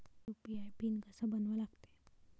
UPI PIN कसा बनवा लागते?